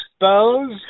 expose